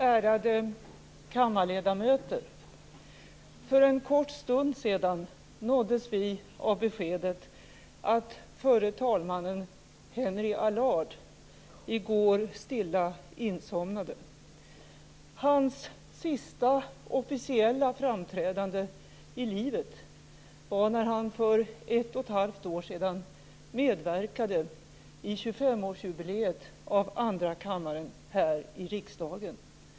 Ärade kammarledamöter! För en kort stund sedan nåddes vi av beskedet att förre talmannen Henry Allard i går stilla insomnade. Hans sista officiella framträdande i livet var när han för ett och ett halvt år sedan medverkade i 25-årsjubileet av enkammarriksdagen här i riksdagen.